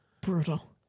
brutal